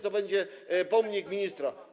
To będzie pomnik ministra.